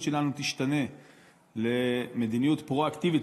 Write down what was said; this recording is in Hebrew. שלנו תשתנה למדיניות פרו-אקטיבית,